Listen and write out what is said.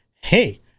hey